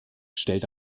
stellt